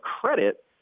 credit